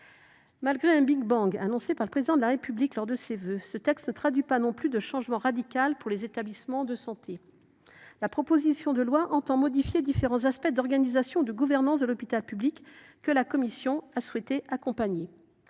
Malgré un big bang annoncé par le Président de la République lors de ses vœux, ce texte ne traduit pas non plus de changement radical pour les établissements de santé. La proposition de loi modifie différents aspects d’organisation ou de gouvernance de l’hôpital public. La commission a souhaité accompagner